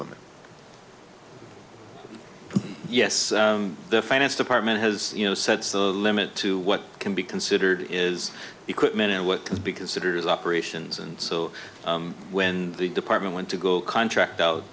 limit yes the finance department has you know sets the limit to what can be considered is equipment and what can be considered as operations and so when the department went to go contract